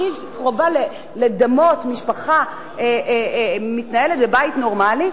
הכי קרובה לדמות משפחה המתנהלת בבית נורמלי,